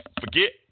Forget